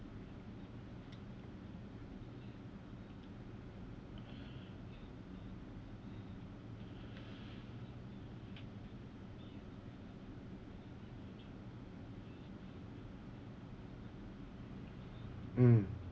mm